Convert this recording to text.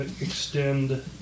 extend